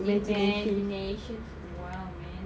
imagination's wild man